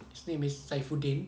his name is saifuddin